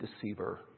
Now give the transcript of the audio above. deceiver